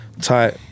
tight